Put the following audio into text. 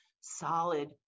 solid